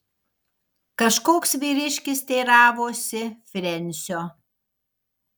kažkoks vyriškis teiravosi frensio